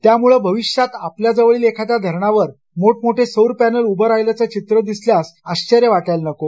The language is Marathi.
त्यामुळं भविष्यात आपल्याजवळील एखाद्या धरणावर मोठमोठे सौर पॅनेल उभे राहिल्याचं चित्र दिसल्यास आश्वर्य वाटायला नको